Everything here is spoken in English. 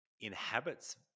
inhabits